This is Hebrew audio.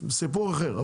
זה סיפור אחר.